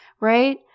right